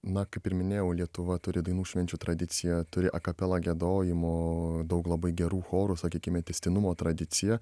na kaip ir minėjau lietuva turi dainų švenčių tradiciją turi akapelą giedojimų daug labai gerų chorų sakykime tęstinumo tradiciją